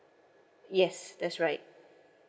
yes that's right